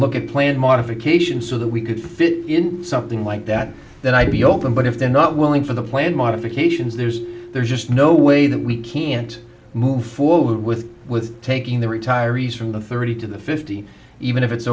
look at plan modification so that we could fit in something like that then i'd be open but if they're not willing for the plan modifications there's there's just no way that we can't move forward with with taking the retirees from the thirty to the fifty even if it's